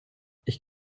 ich